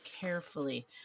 carefully